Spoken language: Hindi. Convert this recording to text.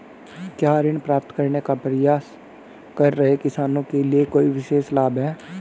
क्या ऋण प्राप्त करने का प्रयास कर रहे किसानों के लिए कोई विशेष लाभ हैं?